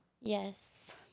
Yes